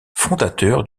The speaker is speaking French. fondateur